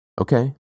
Okay